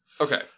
Okay